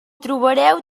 trobareu